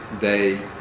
day